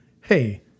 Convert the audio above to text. Hey